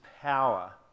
power